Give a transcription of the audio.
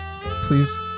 Please